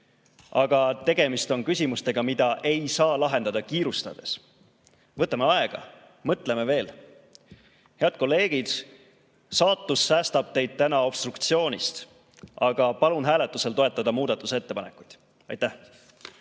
Aga tegemist on küsimustega, mida ei saa lahendada kiirustades. Võtame aega, mõtleme veel! Head kolleegid, saatus säästab teid täna obstruktsioonist, aga palun hääletusel toetada muudatusettepanekuid. Aitäh!